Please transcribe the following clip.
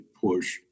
push